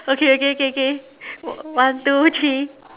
okay okay okay okay one two three